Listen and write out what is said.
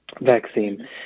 vaccine